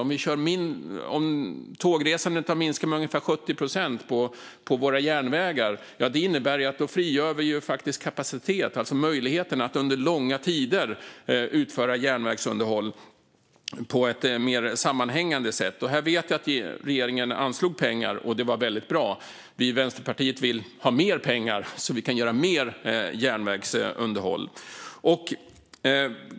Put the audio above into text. Om tågresandet har minskat med ungefär 70 procent på våra järnvägar frigörs faktiskt möjligheten att under långa tider utföra järnvägsunderhåll på ett mer sammanhängande sätt. Jag vet att regeringen anslog pengar - det var väldigt bra. Vi i Vänsterpartiet vill ha mer, så att det kan utföras mer järnvägsunderhåll.